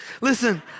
Listen